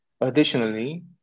additionally